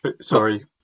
Sorry